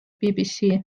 bbc